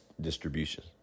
distribution